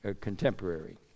contemporary